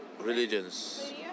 religions